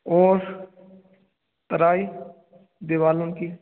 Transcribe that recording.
और राई दीवारों की